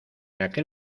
aquel